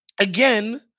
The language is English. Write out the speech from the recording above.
again